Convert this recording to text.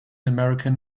american